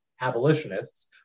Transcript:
abolitionists